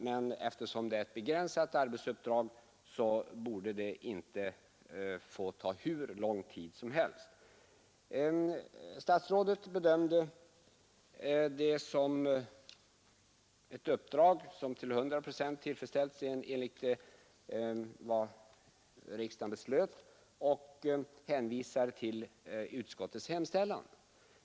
Men eftersom det är ett begränsat uppdrag borde det inte få ta hur lång tid som helst. Statsrådet bedömde det som ett uppdrag som till 100 procent motsvarar vad riksdagen beslöt och hänvisade till utskottets hemställan.